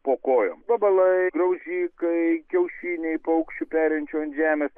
po kojom vabalai graužikai kiaušiniai paukščių perinčių ant žemės